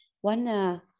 One